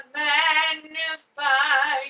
magnify